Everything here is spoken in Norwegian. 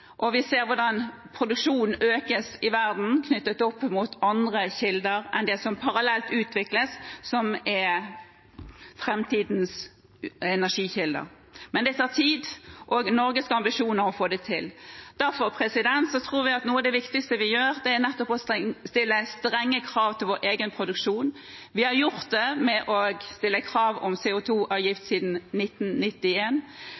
Vi ser hvordan produksjonen økes i verden knyttet opp mot andre kilder enn det som parallelt utvikles, som er framtidens energikilder. Men det tar tid, og Norge skal ha ambisjoner om å få det til. Derfor tror vi at noe av det viktigste vi gjør, er nettopp å stille strenge krav til vår egen produksjon. Vi har gjort det ved å stille krav om